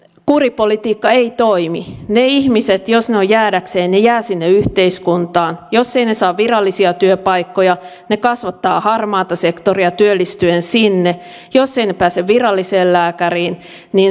kuripolitiikka ei toimi ne ihmiset jos ovat jäädäkseen jäävät sinne yhteiskuntaan jos he eivät saa virallisia työpaikkoja he kasvattavat harmaata sektoria työllistyen sinne jos he eivät pääse viralliseen lääkäriin